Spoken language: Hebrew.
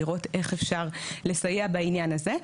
לראות איך אפשר לסייע בעניין הזה.